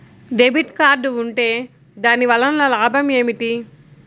Debit card ఉంటే దాని వలన లాభం ఏమిటీ?